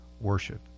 worship